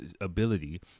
ability